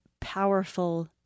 powerful